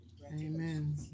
Amen